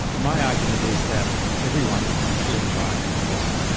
my argument is that everyone, and particularly environmentalists,